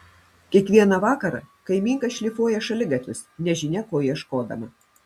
kiekvieną vakarą kaimynka šlifuoja šaligatvius nežinia ko ieškodama